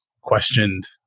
questioned